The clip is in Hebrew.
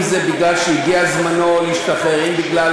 אם זה מפני שהגיע זמנו להשתחרר ואם בגלל